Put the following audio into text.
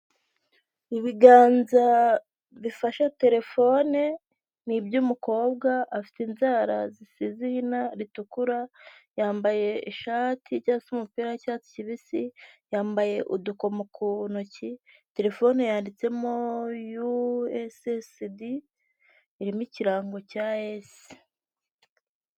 Ibiganza bifasha telefone ni iby'umukobwa afite inzara zisize ihina ritukura, yambaye ishati cyangwa se umupira w'icyatsi kibisi yambaye udukomo ku ntoki terefone yanditsemo ussd irimo ikirango cya Yesu.